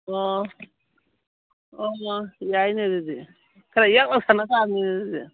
ꯑꯣ ꯑꯣ ꯌꯥꯏꯅꯦ ꯑꯗꯨꯗꯤ ꯈꯔ ꯌꯥꯛꯅ ꯂꯥꯎꯁꯟꯅꯕ ꯇꯥꯕꯅꯤꯅꯦ ꯑꯗꯨꯗꯤ